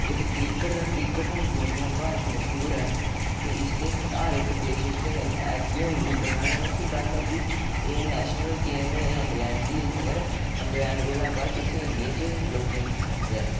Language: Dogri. जेह्का क्रिकेट ऐ तां क्रिकेट दुनिया हून भर च मश्हूर ऐ ते इसगी हर इक देश च खेढेआ जंदा ऐ एह् ग्रां च गल्ल ऐ कि एह् नैशनल गेम एह् इंग्लैंड दी ऐ मगर इंग्लैंड कोला बद्ध इसी इंडिया च लोकें ई पसंद ऐ